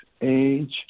age